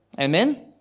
Amen